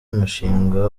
mushinga